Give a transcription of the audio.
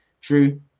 True